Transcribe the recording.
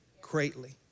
greatly